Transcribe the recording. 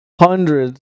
hundreds